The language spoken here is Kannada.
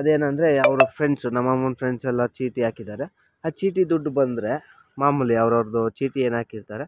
ಅದೇನೆಂದ್ರೆ ಅವರು ಫ್ರೆಂಡ್ಸ್ ನಮ್ಮಮ್ಮನ ಫ್ರೆಂಡ್ಸೆಲ್ಲ ಚೀಟಿ ಹಾಕಿದ್ದಾರೆ ಆ ಚೀಟಿ ದುಡ್ಡು ಬಂದರೆ ಮಾಮೂಲಿ ಅವ್ರವ್ರದ್ದು ಚೀಟಿ ಏನು ಹಾಕಿರ್ತಾರೆ